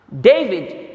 david